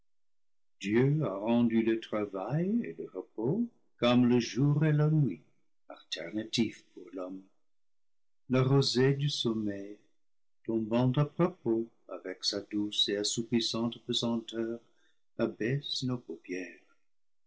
dieu a rendu le travail et le repos comme le jour et la nuit alternatifs pour l'homme la rosée du sommeil tombant à propos avec sa douce et assoupissante pesanteur abaisse nos paupières